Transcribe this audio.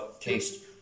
taste